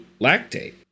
lactate